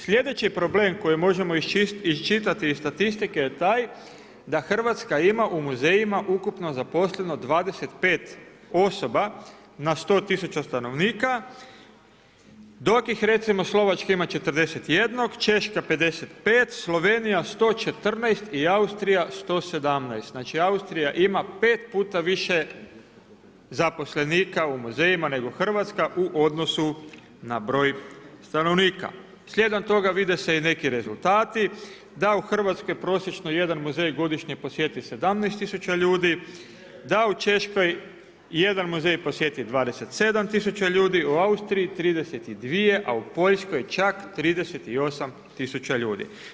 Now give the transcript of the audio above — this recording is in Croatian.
Sljedeći problem koji možemo iščitati iz statistike je taj da Hrvatska ima u muzejima ukupno zaposleno 25 osoba na 100.000 stanovnika dok ih Slovačka ima 41., Češka 55, Slovenija 114 i Austrija 117, znači Austrija ima pet puta više zaposlenika u muzejima nego Hrvatska u odnosu na broj stanovnika. slijedom toga vide se i neki rezultati da u Hrvatskoj prosječno jedan muzej godišnje posjeti 17.000 ljudi, da u Češkoj jedan muzej posjeti 27.000 ljudi, u Austriji 32, a u Poljskoj čak 38.000 ljudi.